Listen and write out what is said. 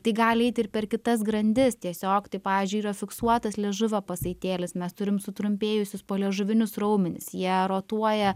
tai gali eiti ir per kitas grandis tiesiog tai pavyzdžiui yra fiksuotas liežuvio pasaitėlis mes turim sutrumpėjusius po liežuvinius raumenis jie rotuoja